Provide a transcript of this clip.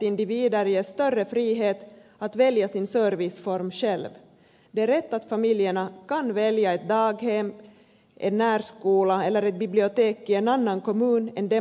det är rätt att familjerna kan välja ett daghem en närskola eller ett bibliotek i en annan kommun än den man själv bor i